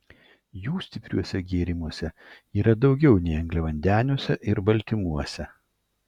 jų stipriuose gėrimuose yra daugiau nei angliavandeniuose ir baltymuose